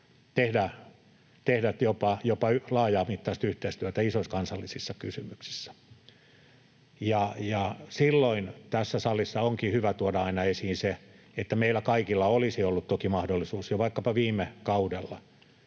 tehdä jopa laajamittaista yhteistyötä isoissa kansallisissa kysymyksissä, ja silloin tässä salissa onkin hyvä tuoda aina esiin se, että meillä kaikilla olisi ollut toki mahdollisuus jo vaikkapa viime kaudella